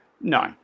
No